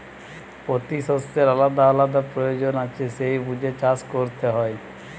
পোতি শষ্যের আলাদা আলাদা পয়োজন আছে সেই বুঝে চাষ কোরতে হয়